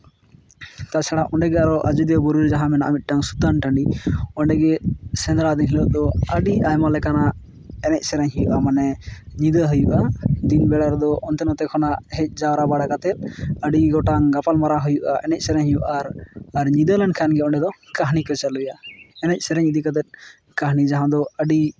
ᱛᱟᱪᱷᱟᱲᱟ ᱚᱸᱰᱮ ᱜᱮ ᱟᱡᱚᱫᱤᱭᱟᱹ ᱵᱩᱨᱩ ᱨᱮ ᱡᱟᱟᱸ ᱢᱮᱱᱟᱜᱼᱟ ᱟᱨᱮ ᱢᱤᱫᱴᱟᱝ ᱥᱩᱛᱟᱹᱱ ᱴᱟᱺᱰᱤ ᱚᱸᱰᱮ ᱜᱮ ᱥᱮᱸᱫᱽᱨᱟ ᱫᱤᱱ ᱦᱤᱞᱳᱜ ᱫᱚ ᱟᱹᱰᱤ ᱟᱢᱟ ᱞᱮᱠᱟᱱᱟᱜ ᱮᱱᱮᱡ ᱥᱮᱨᱮᱧ ᱦᱩᱭᱩᱜᱼᱟ ᱢᱟᱱᱮ ᱧᱤᱫᱟᱹ ᱦᱩᱭᱩᱜᱼᱟ ᱫᱤᱱ ᱵᱮᱲᱟ ᱨᱮᱫᱚ ᱚᱱᱛᱮ ᱱᱚᱛᱮ ᱠᱷᱚᱱᱟᱜ ᱫᱮᱡ ᱡᱟᱣᱨᱟ ᱵᱟᱲᱟ ᱠᱟᱛᱮ ᱟᱹᱰᱤ ᱜᱚᱴᱟᱝ ᱜᱟᱯᱟᱞᱢᱟᱨᱟᱣ ᱦᱩᱭᱩᱜᱼᱟ ᱮᱱᱮᱡ ᱥᱮᱨᱮᱧ ᱦᱩᱭᱩᱜᱼᱟ ᱟᱨ ᱧᱤᱫᱟᱹ ᱞᱮᱱᱠᱷᱟᱱ ᱜᱮ ᱚᱸᱰᱮ ᱫᱚ ᱠᱟᱹᱦᱱᱤ ᱠᱚ ᱪᱟᱹᱞᱩᱭᱟ ᱮᱱᱮᱡ ᱥᱮᱨᱮᱧ ᱤᱫᱤ ᱠᱟᱛᱮ ᱠᱟᱹᱦᱱᱤ ᱡᱟᱦᱟᱸ ᱫᱚ ᱟᱹᱰᱤ